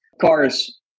cars